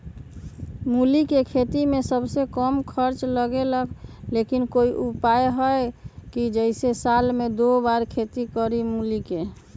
मूली के खेती में सबसे कम खर्च लगेला लेकिन कोई उपाय है कि जेसे साल में दो बार खेती करी मूली के?